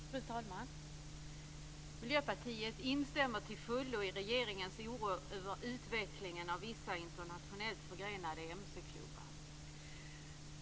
Fru talman! Miljöpartiet instämmer till fullo i regeringens oro över utvecklingen av vissa internationellt förgrenade mc-klubbar.